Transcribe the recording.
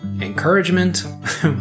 encouragement